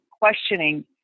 questioning